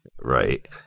Right